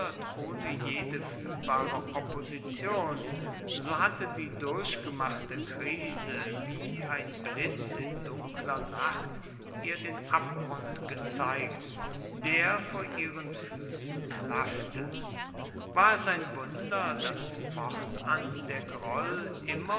ohne jede fühlbare opposition so hatte die durchgemachte krise wie ein blitz in dunkler nacht ihr den abgrund gezeigt der vor ihren füßen klaffte war es ein wunder daß fortan der groll